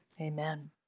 Amen